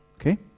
Okay